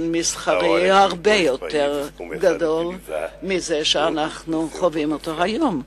מסחרי הרבה יותר גדול מזה שאנחנו עדים לו היום,